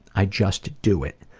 i just do it.